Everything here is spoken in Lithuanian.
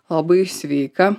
labai sveika